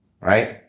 right